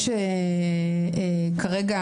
יש כרגע